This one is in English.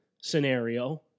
scenario